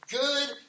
Good